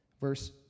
verse